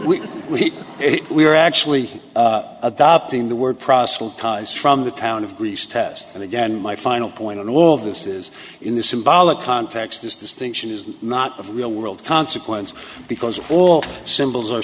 wee wee it we're actually adopting the word proselytize from the town of greece test and again my final point on all of this is in the symbolic context this distinction is not of real world consequence because all symbols